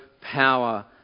power